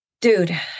Dude